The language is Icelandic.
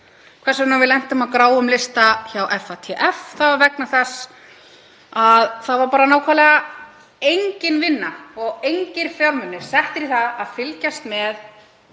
vegna við lentum á gráum lista hjá FATF. Það var vegna þess að það var nákvæmlega engin vinna og engir fjármunir settir í að fylgjast með